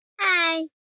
Hi